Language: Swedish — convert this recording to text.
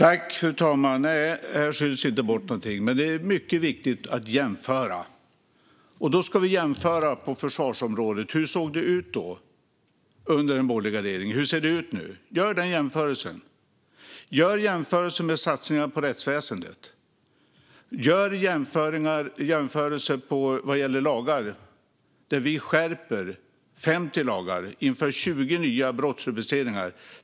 Fru talman! Nej, här skylls det inte på någonting. Men det är mycket viktigt att jämföra. Då ska vi jämföra på försvarsområdet. Hur såg det ut då, under den borgerliga regeringen? Hur ser det ut nu? Gör den jämförelsen! Gör jämförelsen med satsningar på rättsväsendet! Gör jämförelser vad gäller lagar, där vi skärper 50 lagar och inför 20 nya brottsrubriceringar!